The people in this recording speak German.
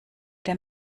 der